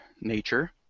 nature